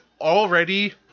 already